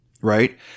Right